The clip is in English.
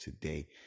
today